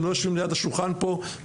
הם לא יושבים ליד השולחן פה,